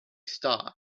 star